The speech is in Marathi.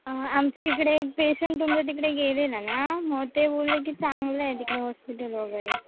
आमच्या इकडे एक पेशंट तुमच्या तिकडे गेलेला ना मग ते बोलले की चांगलं आहे तिकडे हॉस्पिटल वगैरे